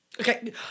Okay